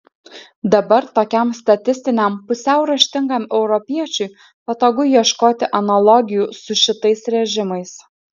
dabar tokiam statistiniam pusiau raštingam europiečiui patogu ieškoti analogijų su šitais režimais